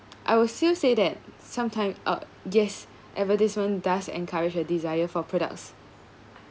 I will still say that sometime uh yes advertisement does encourage a desire for products